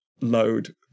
load